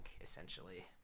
essentially